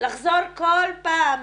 לחזור כל פעם